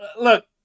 Look